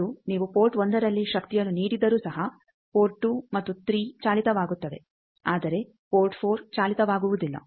ಅದು ನೀವು ಪೋರ್ಟ್ 1ರಲ್ಲಿ ಶಕ್ತಿಯನ್ನು ನೀಡಿದ್ದರೂ ಸಹ ಪೋರ್ಟ್ 2 ಮತ್ತು 3 ಚಾಲಿತವಾಗುತ್ತವೆ ಆದರೆ ಪೋರ್ಟ್ 4 ಚಾಲಿತವಾಗುವುದಿಲ್ಲ